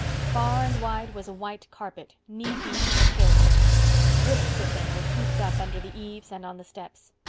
far and wide was a white carpet, knee deep, of hailstones drifts of them were heaped up under the eaves and on the steps.